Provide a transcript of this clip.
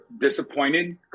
disappointed